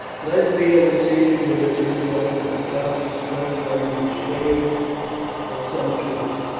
lesbia was seated with her two daughters on couches placed under the shade of some trees.